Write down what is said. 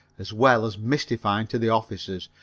as well as mystifying to the officers,